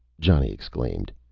johnny exclaimed,